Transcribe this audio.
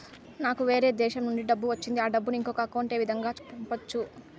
నాకు వేరే దేశము నుంచి డబ్బు వచ్చింది ఆ డబ్బును ఇంకొక అకౌంట్ ఏ విధంగా గ పంపొచ్చా?